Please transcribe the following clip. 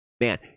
man